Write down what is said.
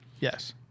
Yes